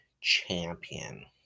champion